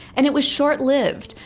and it was short lived,